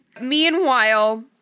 Meanwhile